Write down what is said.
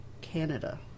Canada